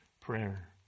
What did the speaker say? prayer